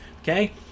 okay